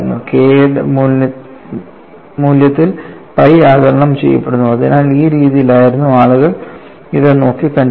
K യുടെ മൂല്യത്തിൽ pi ആഗിരണം ചെയ്യപ്പെടുന്നു അതിനാൽ ഈ രീതിയിൽ ആയിരുന്നു ആളുകൾ ഇത് നോക്കി കണ്ടിരുന്നത്